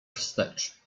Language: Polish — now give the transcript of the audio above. wstecz